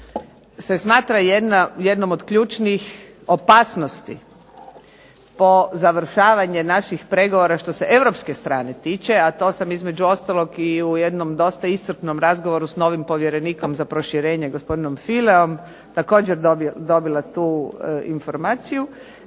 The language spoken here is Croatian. se smatra jednom od ključnih opasnosti po završavanje naših pregovora što se europske strane tiče, a to sam između ostalog i u jednom dosta iscrpnom razgovoru s novim povjerenikom za proširenje, gospodinom Fileom također dobila tu informaciju